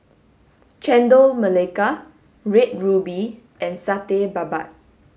Chendol Melaka Red Ruby and Satay Babat